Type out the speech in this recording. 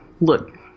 look